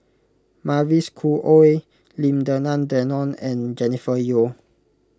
Mavis Khoo Oei Lim Denan Denon and Jennifer Yeo